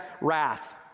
wrath